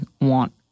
want